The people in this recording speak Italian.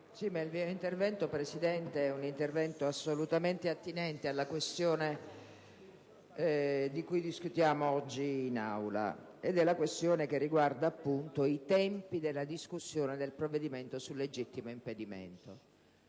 il mio è un intervento assolutamente attinente alla questione di cui discutiamo oggi in Aula, in quanto riguarda i tempi della discussione del provvedimento sul legittimo impedimento.